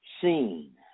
seen